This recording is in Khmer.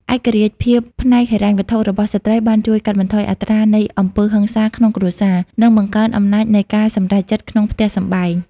ឯករាជ្យភាពផ្នែកហិរញ្ញវត្ថុរបស់ស្ត្រីបានជួយកាត់បន្ថយអត្រានៃអំពើហិង្សាក្នុងគ្រួសារ និងបង្កើនអំណាចនៃការសម្រេចចិត្តក្នុងផ្ទះសម្បែង។